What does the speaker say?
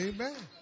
Amen